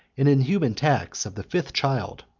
an inhuman tax of the fifth child,